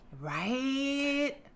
right